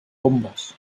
bombes